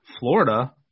Florida